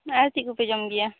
ᱟᱨ ᱪᱮᱫ ᱠᱚᱯᱮ ᱡᱚᱢ ᱜᱮᱭᱟ